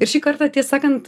ir šį kartą sakant